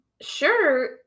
sure